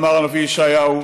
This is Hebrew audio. אמר הנביא ישעיהו,